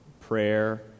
prayer